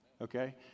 okay